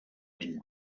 been